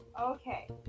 Okay